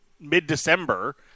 mid-December